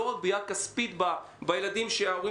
לא רק פגיעה כספית בילדים שההורים